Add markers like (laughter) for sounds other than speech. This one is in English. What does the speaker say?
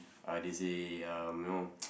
uh they say um you know (noise)